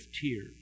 tears